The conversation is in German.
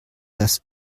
das